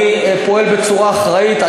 אני פועל בצורה אחראית.